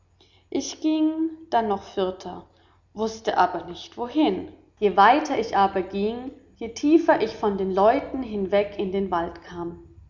ich gieng dannoch fürter wußte aber nicht wohin je weiter ich aber gieng je tiefer ich von den leuten hinweg in wald kam